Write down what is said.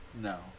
No